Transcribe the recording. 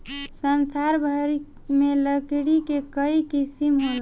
संसार भर में लकड़ी के कई किसिम होला